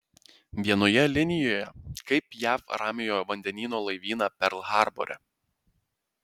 vienoje linijoje kaip jav ramiojo vandenyno laivyną perl harbore